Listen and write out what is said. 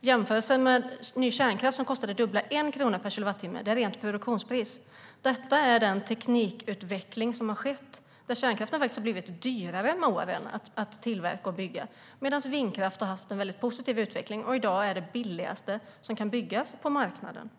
Jämförelsen med ny kärnkraft - som alltså kostar det dubbla, 1 krona per kilowattimme - är för rent produktionspris. Detta är den teknikutveckling som har skett. Kärnkraften har med åren blivit dyrare att tillverka och bygga medan vindkraft har haft en väldigt positiv utveckling och i dag är det billigaste som kan byggas på marknaden.